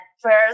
first